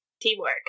Teamwork